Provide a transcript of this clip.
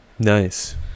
nice